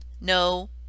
No